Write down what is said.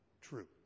true